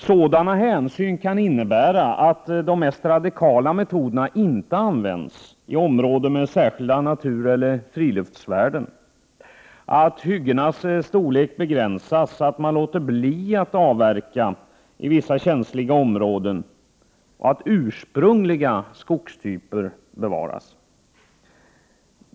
Sådana hänsyn kan innebära att de mest radikala metoderna inte tillämpas i områden som har särskilda natureller friluftsvärden, att hyggenas storlek begränsas — att man låter bli att avverka i vissa känsliga områden — och att ursprungliga skogstyper bevaras.